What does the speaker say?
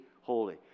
holy